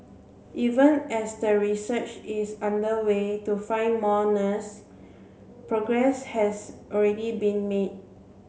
even as the research is underway to find more nurse progress has already been made